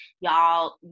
y'all